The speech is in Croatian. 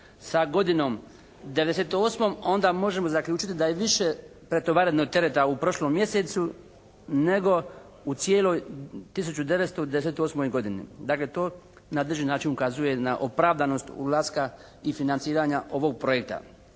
sa godinom 1998. onda možemo zaključiti da je više pretovareno tereta u prošlom mjesecu nego u cijeloj 1998. godini. Dakle to na određeni način ukazuje na opravdanost ulaska i financiranja ovog projekta.